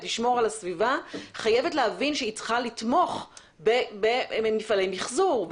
לשמור על הסביבה חייבת להבין שהיא צריכה לתמוך במפעלי מחזור.